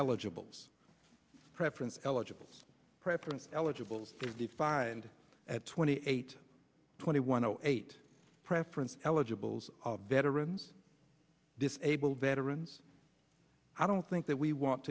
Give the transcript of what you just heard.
eligible preference eligible preference eligible is defined at twenty eight twenty one zero eight preference eligibles veterans disabled veterans i don't think that we want